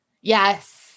Yes